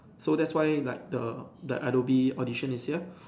so that's why like the the Adobe Audition is here